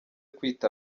kwita